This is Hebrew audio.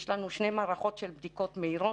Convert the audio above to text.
יש לנו שתי מערכות של בדיקות מהירות,